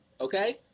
Okay